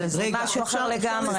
זה משהו אחר לגמרי.